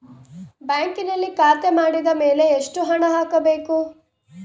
ಬ್ಯಾಂಕಿನಲ್ಲಿ ಖಾತೆ ಮಾಡಿದ ಮೇಲೆ ಎಷ್ಟು ಹಣ ಹಾಕಬೇಕು?